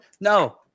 No